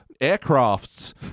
aircrafts